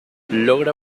logra